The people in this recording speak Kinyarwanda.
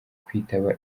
kwitaba